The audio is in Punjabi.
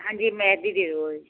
ਹਾਂਜੀ ਮੈਥ ਦੀ ਦਓ